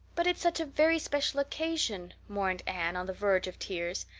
but it's such a very special occasion, mourned anne, on the verge of tears.